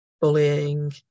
Bullying